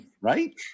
Right